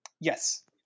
Yes